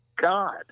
God